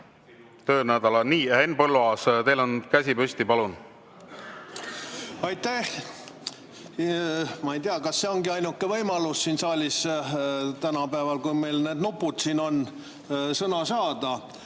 töönädala … Nii, Henn Põlluaas, teil on käsi püsti. Palun! Aitäh! Ma ei tea, kas see ongi ainuke võimalus siin saalis tänapäeval, kui meil need nupud siin on, sõna saada,